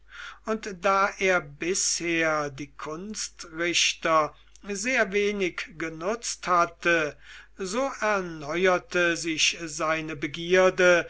und da er bisher die kunstrichter sehr wenig genutzt hatte so erneuerte sich seine begierde